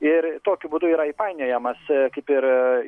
ir tokiu būdu yra įpainiojamas kaip ir